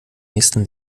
nächsten